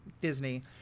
Disney